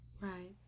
Right